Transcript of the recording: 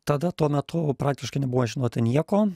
tada tuo metu praktiškai nebuvo žinota nieko